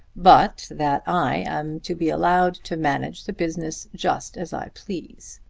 but that i am to be allowed to manage the business just as i please.